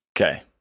Okay